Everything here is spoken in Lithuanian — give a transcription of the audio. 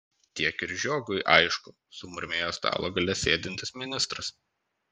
tiek ir žiogui aišku sumurmėjo stalo gale sėdintis ministras